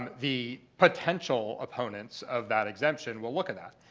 um the potential opponents of that exemption will look at that.